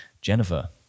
Jennifer